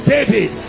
David